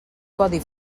codi